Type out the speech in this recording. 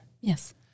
Yes